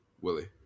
Willie